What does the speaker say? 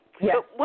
Yes